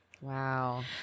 Wow